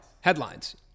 headlines